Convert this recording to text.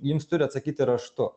jums turi atsakyti raštu